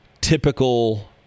typical